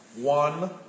one